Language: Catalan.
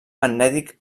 magnètic